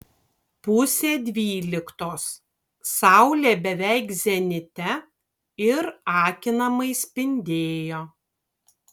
pusė dvyliktos saulė beveik zenite ir akinamai spindėjo